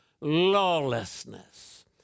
lawlessness